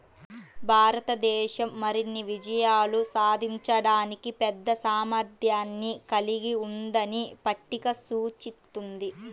భారతదేశం మరిన్ని విజయాలు సాధించడానికి పెద్ద సామర్థ్యాన్ని కలిగి ఉందని పట్టిక సూచిస్తుంది